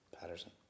Patterson